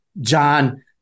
John